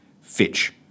Fitch